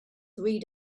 three